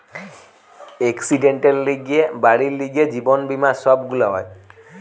একসিডেন্টের লিগে, বাড়ির লিগে, জীবন বীমা সব গুলা হয়